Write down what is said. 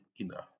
enough